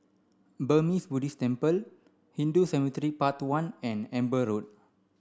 Burmese Buddhist Temple Hindu Cemetery Path one and Amber Road